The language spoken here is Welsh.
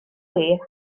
beth